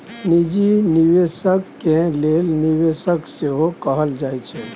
निजी निबेशक केँ एंजल निबेशक सेहो कहल जाइ छै